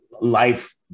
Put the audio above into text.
life